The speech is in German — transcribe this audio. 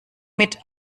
mit